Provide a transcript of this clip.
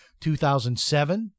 2007